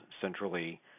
centrally